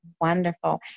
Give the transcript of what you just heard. Wonderful